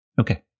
Okay